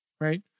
right